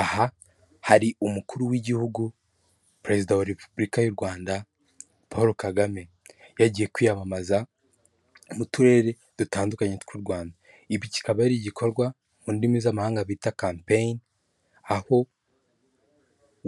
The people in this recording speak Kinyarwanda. Aha hari umukuru w'igihugu perezida wa repubulika y'u Rwanda, Paul Kagame yagiye kwiyamamaza mu turere dutandukanye tw'u Rwanda, ibi kikaba ari igikorwa mu ndimi z'amahanga bita kampeyini, aho